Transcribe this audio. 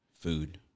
food